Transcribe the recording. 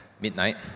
midnight